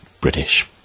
British